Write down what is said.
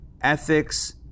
Ethics